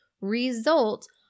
result